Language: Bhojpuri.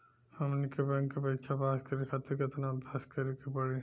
हमनी के बैंक के परीक्षा पास करे खातिर केतना अभ्यास करे के पड़ी?